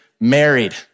married